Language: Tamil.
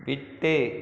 விட்டு